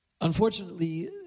Unfortunately